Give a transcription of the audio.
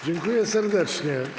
Dziękuję serdecznie.